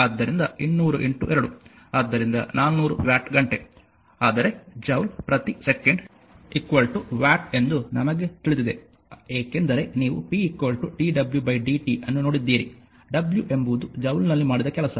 ಆದ್ದರಿಂದ 200 2 ಆದ್ದರಿಂದ 400 ವ್ಯಾಟ್ ಗಂಟೆ ಆದರೆ ಜೌಲ್ ಪ್ರತಿ ಸೆಕೆಂಡ್ ವ್ಯಾಟ್ ಎಂದು ನಮಗೆ ತಿಳಿದಿದೆ ಏಕೆಂದರೆ ನೀವು p dw dt ಅನ್ನು ನೋಡಿದ್ದೀರಿ w ಎಂಬುದು ಜೌಲ್ನಲ್ಲಿ ಮಾಡಿದ ಕೆಲಸ